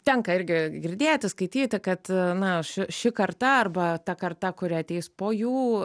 tenka irgi girdėti skaityti kad na ši ši karta arba ta karta kuri ateis po jų